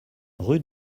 rue